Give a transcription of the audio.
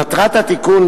מטרת התיקון,